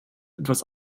etwas